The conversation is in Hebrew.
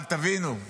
אבל תבינו,